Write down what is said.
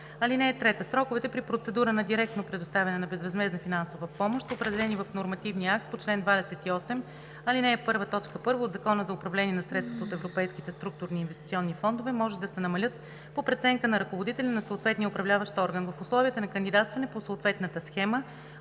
срок. (3) Сроковете при процедура на директно предоставяне на безвъзмездна финансова помощ, определени в нормативния акт по чл. 28, ал. 1, т. 1 от Закона за управление на средствата от Европейските структурни и инвестиционни фондове, може да се намалят по преценка на ръководителя на съответния управляващ орган. В условията за кандидатстване по съответната схема,